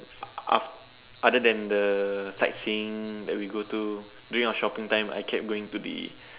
af~ other than the sightseeing that we go to during our shopping time I kept going to the